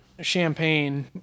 champagne